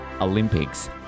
olympics